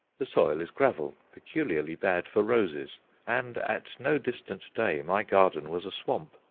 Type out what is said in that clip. the soil is gravel, peculiarly bad for roses and at no distant day my garden was a swamp,